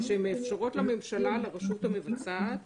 מכיוון שהן מאפשרות לממשלה לרשות המבצעת